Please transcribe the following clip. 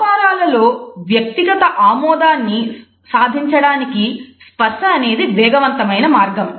వ్యాపారాలలో వ్యక్తిగత ఆమోదాన్ని సాధించడానికి స్పర్శ అనేది వేగవంతమైన మార్గం